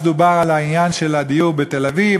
אז דובר על העניין של הדיור בתל-אביב,